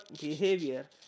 behavior